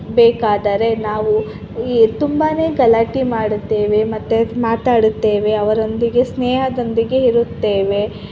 ಬೇಕಾದರೆ ನಾವು ಈ ತುಂಬಾ ಗಲಾಟೆ ಮಾಡುತ್ತೇವೆ ಮತ್ತು ಮಾತಾಡುತ್ತೇವೆ ಅವರೊಂದಿಗೆ ಸ್ನೇಹದೊಂದಿಗೆ ಇರುತ್ತೇವೆ